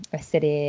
essere